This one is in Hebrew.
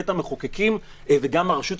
בית המחוקקים,